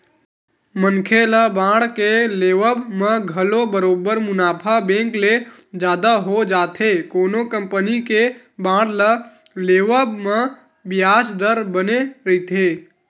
मनखे ल बांड के लेवब म घलो बरोबर मुनाफा बेंक ले जादा हो जाथे कोनो कंपनी के बांड ल लेवब म बियाज दर बने रहिथे